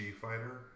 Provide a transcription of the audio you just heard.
fighter